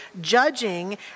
judging